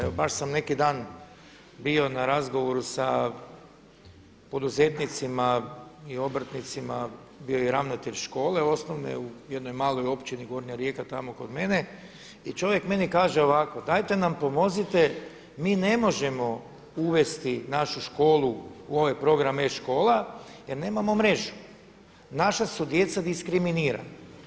Evo baš sam neki dan bio na razgovoru sa poduzetnicima i obrtnicima, bio je i ravnatelj škole osnovne u jednoj maloj Općini Gornja Rijeka tamo kod mene i čovjek meni kaže ovako, dajete nam pomozite mi ne možemo uvesti našu školu u ovaj program e-škola jer nemamo mrežu, naša su djeca diskriminirana.